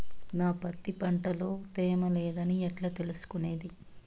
నా పత్తి పంట లో తేమ లేదని ఎట్లా తెలుసుకునేది?